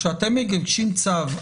כשאתם מבקשים צו,